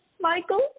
Michael